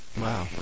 wow